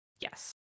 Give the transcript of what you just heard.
Yes